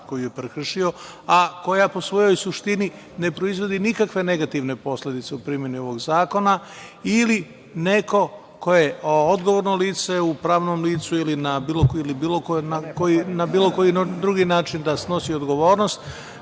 koju je prekršio, a koja po svojoj suštini ne proizvodi nikakve negativne posledice u primeni ovog zakona ili neko ko je odgovorno lice, u pravnom licu ili na bilo koji drugi način da snosi odgovornost,